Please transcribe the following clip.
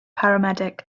paramedic